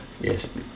Yes